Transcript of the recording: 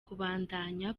kubandanya